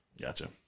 Gotcha